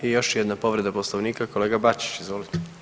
I još jedna povreda Poslovnika kolega Bačić, izvolite.